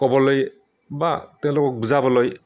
ক'বলৈ বা তেওঁলোকক বুজাবলৈ